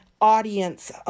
audience